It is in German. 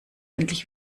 endlich